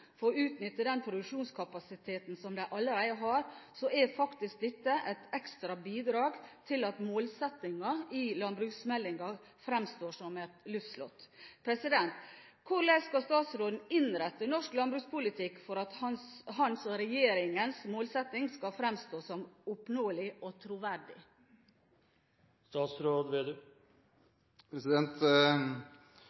utnytte den produksjonskapasiteten de allerede har, er faktisk dette et ekstra bidrag til at målsettingen i landbruksmeldingen fremstår som et luftslott. Hvordan skal statsråden innrette norsk landbrukspolitikk for at hans og regjeringens målsetting skal fremstå som oppnåelig og troverdig?